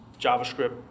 JavaScript